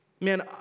Man